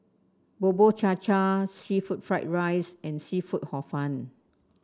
Bubur Cha Cha seafood Fried Rice and seafood Hor Fun